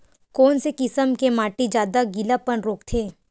कोन से किसम के माटी ज्यादा गीलापन रोकथे?